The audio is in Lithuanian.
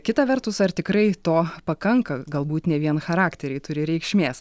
kita vertus ar tikrai to pakanka galbūt ne vien charakteriai turi reikšmės